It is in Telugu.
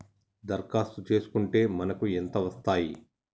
దరఖాస్తు చేస్కుంటే మనకి ఎంత వస్తాయి?